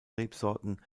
rebsorten